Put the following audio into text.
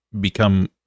become